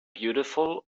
beautiful